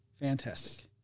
Fantastic